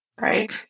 right